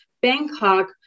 Bangkok